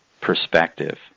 perspective